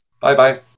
Bye-bye